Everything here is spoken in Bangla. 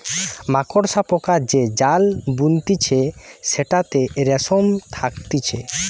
মাকড়সা পোকা যে জাল বুনতিছে সেটাতে রেশম থাকতিছে